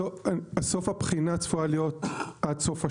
סוף הבחינה צפויה להיות עד סוף השנה,